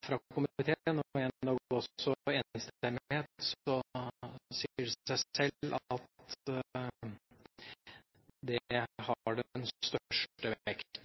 fra komiteen, og endog også enstemmighet, sier det seg sjøl at det har den største vekt.